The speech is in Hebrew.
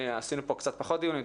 עשינו פה קצת פחות דיונים,